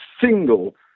single